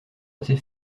assez